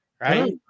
right